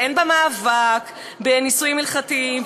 אין בה מאבק בנישואים הלכתיים,